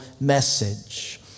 message